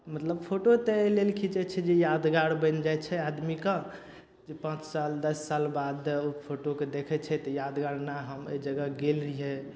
मतलब फोटो तऽ अइ लेल खीचय छै जे यादगार बनि जाइ छै आदमीके जे पाँच साल दस साल बाद उ फोटोके देखय छै तऽ यादगारमे अइ जगह हम गेल रहियै